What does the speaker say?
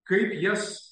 kaip jas